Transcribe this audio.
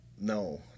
No